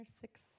Six